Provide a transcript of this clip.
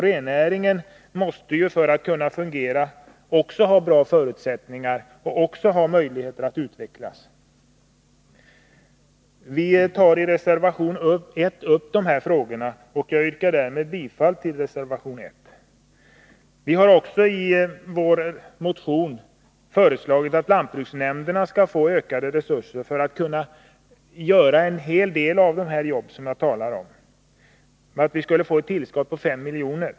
För att den skall kunna fungera måste det skapas goda förutsättningar och möjligheter för den att utvecklas. Vi tar i reservation 1 upp dessa frågor, och jag yrkar bifall till den reservationen. Vi har också i vår motion föreslagit att 5 milj.kr. ställs till lantbruksnämndernas förfogande för satsningar på olika projekt.